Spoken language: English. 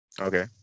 Okay